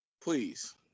Please